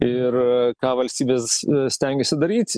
ir ką valstybės stengiasi daryt